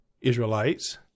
Israelites